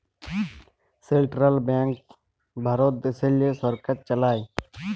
central banks Bharat দ্যাশেল্লে সরকার চালায়